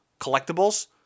collectibles